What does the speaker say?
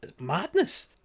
Madness